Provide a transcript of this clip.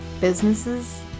businesses